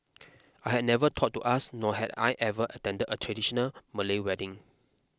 I had never thought to ask nor had I ever attended a traditional Malay wedding